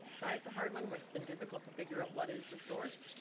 diet's a hard one where it's been difficult to figure out what is the source?